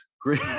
great